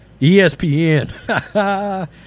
ESPN